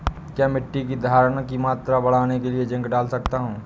क्या मिट्टी की धरण की मात्रा बढ़ाने के लिए जिंक डाल सकता हूँ?